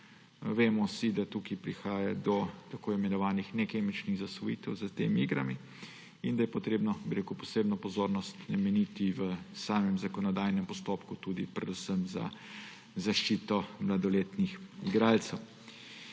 vemo, da prihaja do tako imenovanih nekemičnih zasvojitev s temi igrami in da je potrebno posebno pozornost nameniti v samem zakonodajnem postopku predvsem zaščiti mladoletnih igralcev.